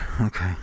Okay